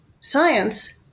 science